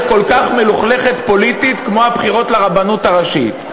כל כך מלוכלכת פוליטית כמו הבחירות לרבנות הראשית.